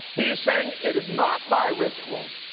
he is saying, it is not by ritual,